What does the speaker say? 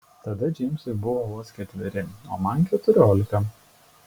tada džeimsui buvo vos ketveri o man keturiolika